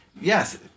yes